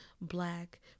black